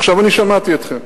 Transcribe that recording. עכשיו, אני שמעתי אתכם.